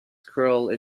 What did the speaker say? cruel